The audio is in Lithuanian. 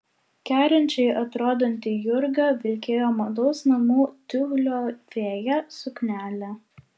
kerinčiai atrodanti jurga vilkėjo mados namų tiulio fėja suknelę